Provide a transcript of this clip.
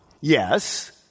Yes